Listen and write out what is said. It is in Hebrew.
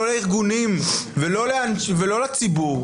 לא לארגונים ולא לציבור,